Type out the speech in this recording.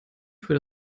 für